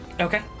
Okay